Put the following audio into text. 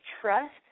trust